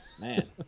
Man